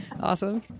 Awesome